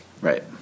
Right